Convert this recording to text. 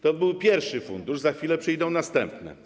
To był pierwszy fundusz, a za chwilę przyjdą następne.